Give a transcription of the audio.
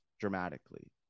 dramatically